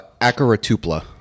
Acaratupla